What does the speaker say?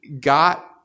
got